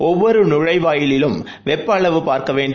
ஒவ்வொருநுழைவு வாயிலிலும் வெப்பஅளவுப் பார்க்கவேண்டும்